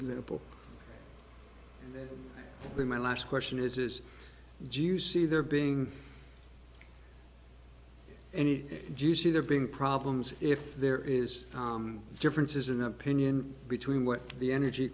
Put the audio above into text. example in my last question is is juicy there being any juicy there being problems if there is differences in opinion between what the energy